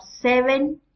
seven